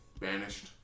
banished